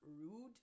rude